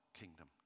kingdom